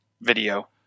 video